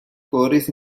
quarries